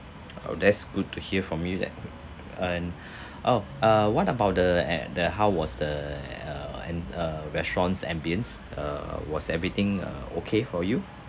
oh that's good to hear from you that and oh err what about the at the how was the uh and uh restaurants ambience err was everything err okay for you